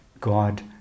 God